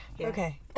Okay